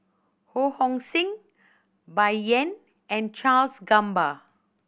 Ho Hong Sing Bai Yan and Charles Gamba